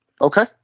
Okay